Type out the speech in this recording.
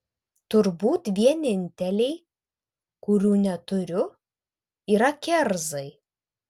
turbūt vieninteliai kurių neturiu yra kerzai